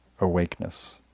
awakeness